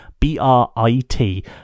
B-R-I-T